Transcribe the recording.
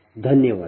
ಧನ್ಯವಾದಗಳು